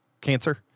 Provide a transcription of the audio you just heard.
cancer